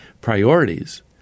priorities